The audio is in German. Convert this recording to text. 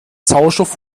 sauerstoff